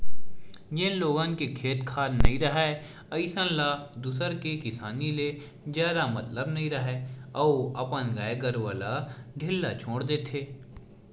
जेन लोगन के खेत खार नइ राहय अइसन ल दूसर के किसानी ले जादा मतलब नइ राहय अउ अपन गाय गरूवा ल ढ़िल्ला छोर देथे